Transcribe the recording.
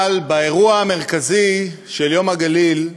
אבל באירוע המרכזי של יום הגליל,